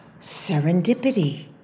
Serendipity